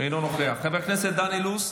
אינו נוכח, חבר הכנסת דן אילוז,